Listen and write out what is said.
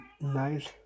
nice